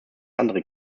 andere